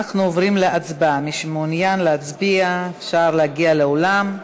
מי שמעוניין להצביע, אפשר להגיע לאולם.